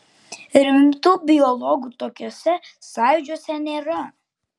rimtų biologų tokiuose sąjūdžiuose nėra